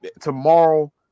tomorrow